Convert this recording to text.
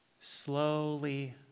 slowly